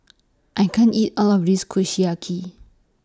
I can't eat All of This Kushiyaki